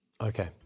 Okay